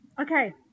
Okay